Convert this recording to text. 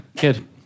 good